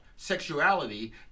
sexuality